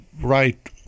right